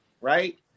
right